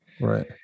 Right